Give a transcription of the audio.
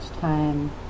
time